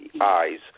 eyes